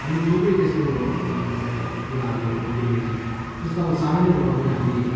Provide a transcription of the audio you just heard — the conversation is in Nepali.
हामीले थुप्रै त्यस्तो मतलब कुराहरू देखेको थियौँ जस्तो अब सामान्य रूपमा पनि हामी